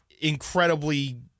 incredibly